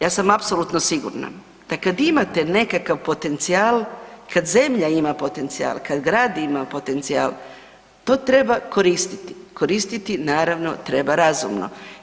Ja sam apsolutno sigurna da kada imate nekakav potencijal, kada zemlja ima potencijal, kada grad ima potencijal to treba koristiti, koristiti naravno treba razumno.